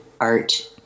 art